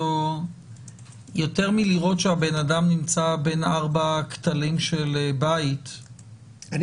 יותר מלראות שהבן-אדם נמצא בין ארבעה כתלים של בית --- אני